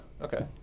Okay